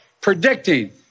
predicting